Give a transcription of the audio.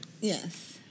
Yes